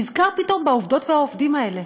נזכר פתאום בעובדות ובעובדים האלה,